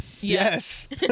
Yes